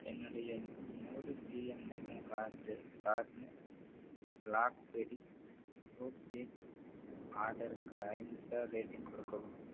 என்னுடைய நூறு GM national card gardens black berry fruit seeds ஆர்டருக்கு ஐந்து ஸ்டார் ரேட்டிங் கொடுக்கவும்